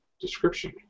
description